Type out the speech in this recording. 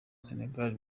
senegal